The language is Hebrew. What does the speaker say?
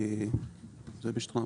זה בשטראוס.